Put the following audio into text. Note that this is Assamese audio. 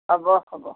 হ'ব হ'ব